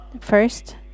First